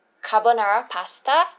carbonara pasta